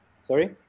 sorry